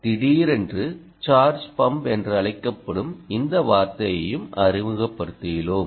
திடீரென்று charge pump என்று அழைக்கப்படும் இந்த வார்த்தையையும் அறிமுகப்படுத்தியுள்ளோம்